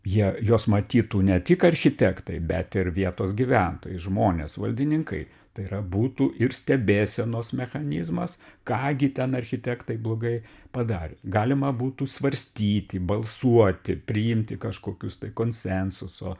jie juos matytų ne tik architektai bet ir vietos gyventojai žmonės valdininkai tai yra būtų ir stebėsenos mechanizmas ką gi ten architektai blogai padarė galima būtų svarstyti balsuoti priimti kažkokius tai konsensuso